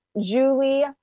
Julie